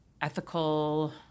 Ethical